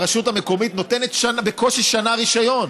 הרשות המקומית נותנת בקושי שנה רישיון.